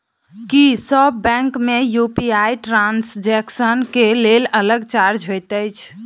की सब बैंक मे UPI transaction केँ लेल अलग चार्ज होइत अछि?